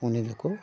ᱩᱱᱤ ᱫᱚᱠᱚ